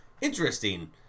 interesting